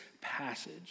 passage